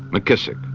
mckissick,